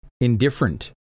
indifferent